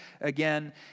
again